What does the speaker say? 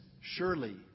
Surely